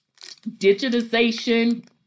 digitization